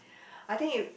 I think it